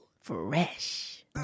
Fresh